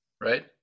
Right